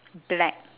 black